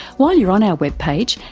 while you are on our webpage,